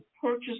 purchase